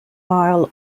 aisle